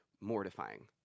mortifying